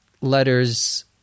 letters